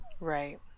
Right